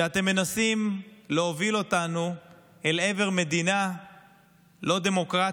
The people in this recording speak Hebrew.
שאתם מנסים להוביל אותנו אל עבר מדינה לא דמוקרטית,